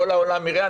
כל העולם יראה,